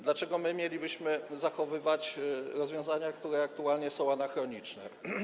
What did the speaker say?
Dlaczego my mielibyśmy zachowywać rozwiązania, które aktualnie są anachroniczne?